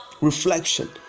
Reflection